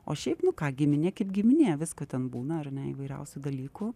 o šiaip nu ką giminė kaip giminė visko ten būna ar ne įvairiausių dalykų